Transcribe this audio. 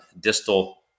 distal